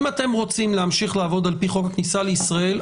אם אתם רוצים להמשיך לעבוד לפי חוק הכניסה לישראל,